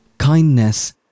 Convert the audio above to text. kindness